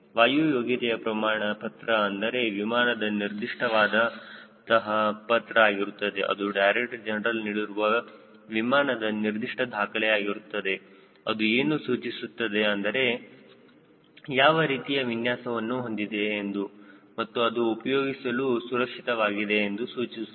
ವಾಯು ಯೋಗ್ಯತೆಯ ಪ್ರಮಾಣ ಪತ್ರ ಅಂದರೆ ವಿಮಾನದ ನಿರ್ದಿಷ್ಟವಾದ ಅಂತಹ ಪತ್ರ ಆಗಿರುತ್ತದೆ ಅದು ಡೈರೆಕ್ಟರ್ ಜನರಲ್ ನೀಡಿರುವ ವಿಮಾನದ ನಿರ್ದಿಷ್ಟ ದಾಖಲೆ ಆಗಿರುತ್ತದೆ ಅದು ಏನು ಸೂಚಿಸುತ್ತದೆ ಅಂದರೆ ಯಾವ ರೀತಿಯ ವಿನ್ಯಾಸವನ್ನು ಹೊಂದಿದೆ ಎಂದು ಮತ್ತು ಅದು ಉಪಯೋಗಿಸಲು ಸುರಕ್ಷಿತವಾಗಿದೆ ಎಂದು ಸೂಚಿಸುತ್ತದೆ